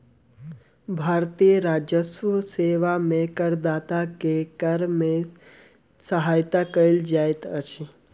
भारतीय राजस्व सेवा में करदाता के कर में सहायता कयल जाइत अछि